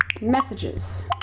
Messages